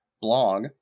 blog